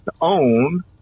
own